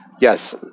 yes